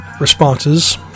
responses